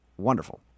wonderful